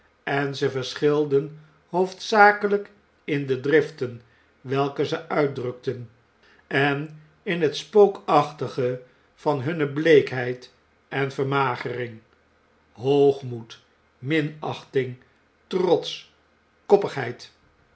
en ze verschilden hoofdzakelp in de driften welke ze uitdrukten en in het spookachtige van hunne bleekheid en vermagering hoogmoed minachting trots